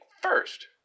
first